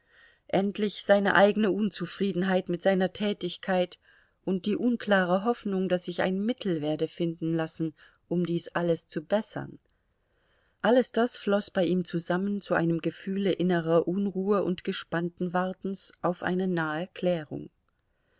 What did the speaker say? endlich seine eigene unzufriedenheit mit seiner tätigkeit und die unklare hoffnung daß sich ein mittel werde finden lassen um dies alles zu bessern alles das floß bei ihm zusammen zu einem gefühle innerer unruhe und gespannten wartens auf eine nahe klärung